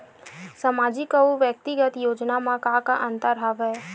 सामाजिक अउ व्यक्तिगत योजना म का का अंतर हवय?